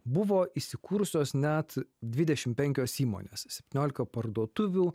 buvo įsikūrusios net dvidešim penkios įmonės septyniolika parduotuvių